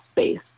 space